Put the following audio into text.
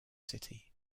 city